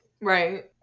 Right